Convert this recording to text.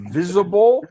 visible